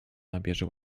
nabierze